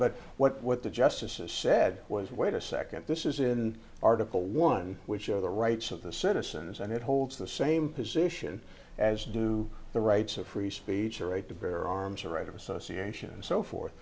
but what what the justices said was wait a second this is in article one which are the rights of the citizens and it holds the same position as do the rights of free speech right to bear arms or right of association and so forth